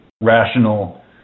rational